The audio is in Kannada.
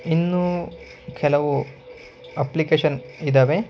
ಇನ್ನೂ ಕೆಲವು ಅಪ್ಲಿಕೇಶನ್ ಇದ್ದಾವೆ